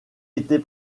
était